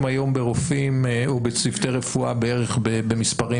היום ברופאים ובצוותי רפואה בערך במספרים,